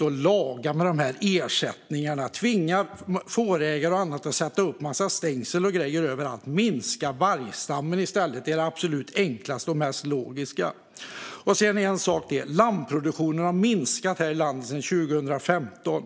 och laga inte med de här ersättningarna! Tvinga inte fårägare och andra att sätta upp en massa stängsel och grejer överallt! Minska vargstammen i stället! Det är det absolut enklaste och mest logiska. En sak till: Lammproduktionen har minskat här i landet sedan 2015.